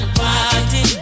party